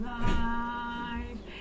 life